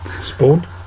Spawn